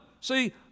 See